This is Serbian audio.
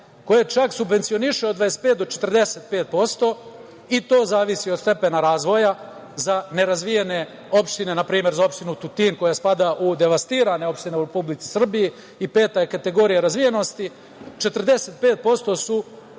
koje čak subvencioniše od 25-45% i to zavisi od stepena razvoja za nerazvijene opštine, npr. opštinu Tutin koja spada u devastirane opštine u Republici Srbiji i peta je kategorija razvijenosti, 45% su